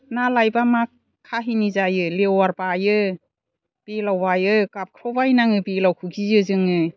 ना लायोबा मा काहिनि जायो लेवार बायो बेलाव बायो गाबख्रावबायनाङो बेलावखौ गियो जोङो